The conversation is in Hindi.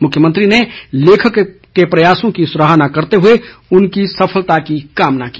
मुख्यमंत्री ने लेखक के प्रयासों की सराहना करते हुए उनकी सफलता की कामना की